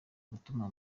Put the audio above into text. gutuma